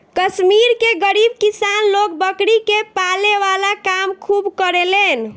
कश्मीर के गरीब किसान लोग बकरी के पाले वाला काम खूब करेलेन